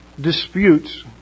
disputes